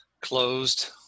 closed